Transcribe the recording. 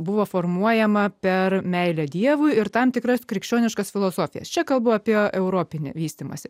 buvo formuojama per meilę dievui ir tam tikras krikščioniškas filosofijas čia kalbu apie europinį vystymąsi